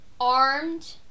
Armed